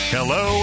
Hello